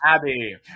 Abby